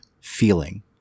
feeling